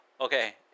Okay